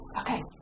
Okay